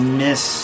miss